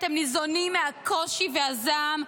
אתם ניזונים מהקושי והזעם,